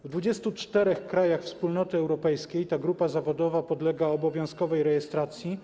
W 24 krajach wspólnoty europejskiej ta grupa zawodowa podlega obowiązkowej rejestracji.